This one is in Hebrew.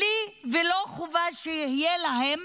ללא חובה שתהיה להם